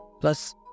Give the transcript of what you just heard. Plus